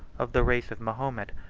of the race of mahomet,